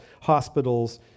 hospitals